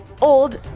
old